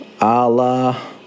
Allah